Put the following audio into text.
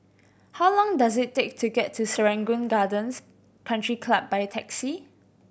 how long does it take to get to Serangoon Gardens Country Club by taxi